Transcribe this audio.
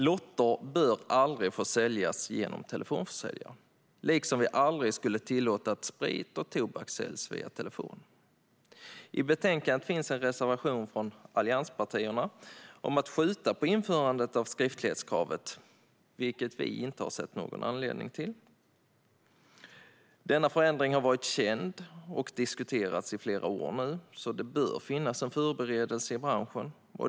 Lotter bör aldrig få säljas genom telefonförsäljare, liksom vi aldrig skulle tillåta att sprit och tobak säljs via telefon. I betänkandet finns en reservation från allianspartierna om att skjuta på införandet av skriftlighetskravet, vilket vi inte ser någon anledning till. Denna förändring har varit känd och diskuterats i flera år nu, så det bör finnas en förberedelse i branschen.